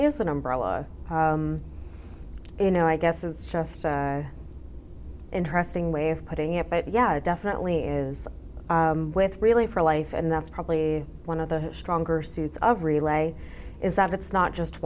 is an umbrella you know i guess it's just interesting way of putting it but yeah it definitely is with really for life and that's probably one of the stronger suits of relay is that it's not just